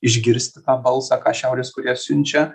išgirsti tą balsą ką šiaurės korėja siunčia